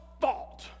fault